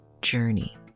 journey